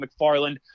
McFarland